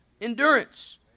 Endurance